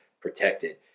protected